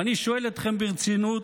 ואני שואל אתכם ברצינות: